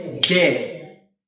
dead